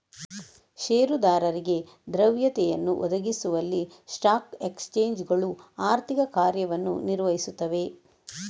ಷೇರುದಾರರಿಗೆ ದ್ರವ್ಯತೆಯನ್ನು ಒದಗಿಸುವಲ್ಲಿ ಸ್ಟಾಕ್ ಎಕ್ಸ್ಚೇಂಜುಗಳು ಆರ್ಥಿಕ ಕಾರ್ಯವನ್ನು ನಿರ್ವಹಿಸುತ್ತವೆ